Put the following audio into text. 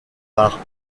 par